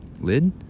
lid